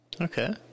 Okay